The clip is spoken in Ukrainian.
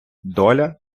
доля